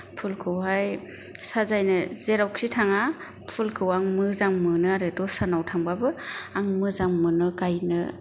फुलखौहाय साजायनो जेरावखि थाङा फुलखौ आं मोजां मोनो आरो दस्रानाव थांबाबो आं मोजां मोनो गायनो